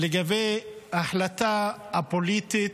לגבי ההחלטה הפוליטית